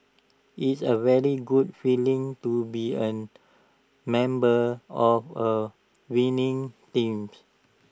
it's A very good feeling to be A member of A winning teams